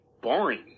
boring